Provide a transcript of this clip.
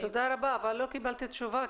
תודה רבה אבל לא קיבלתי תשובה,